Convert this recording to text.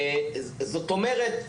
זאת אומרת,